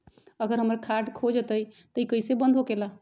अगर हमर कार्ड खो जाई त इ कईसे बंद होकेला?